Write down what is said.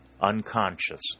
unconscious